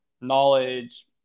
knowledge